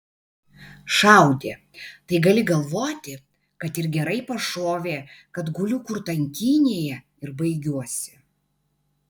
šaudė tai gali galvoti kad ir gerai pašovė kad guliu kur tankynėje ir baigiuosi